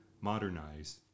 modernize